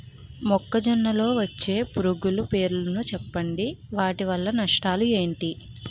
మొక్కజొన్న లో వచ్చే పురుగుల పేర్లను చెప్పండి? వాటి వల్ల నష్టాలు ఎంటి?